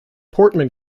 portman